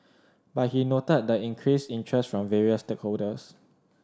but he noted the increased interest from various stakeholders